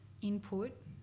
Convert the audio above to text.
input